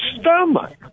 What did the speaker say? stomach